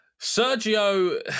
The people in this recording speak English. Sergio